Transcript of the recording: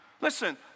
Listen